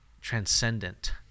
transcendent